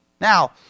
Now